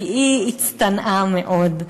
כי היא הצטנעה מאוד.